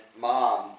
Mom